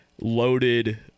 loaded